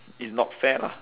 it's not fair lah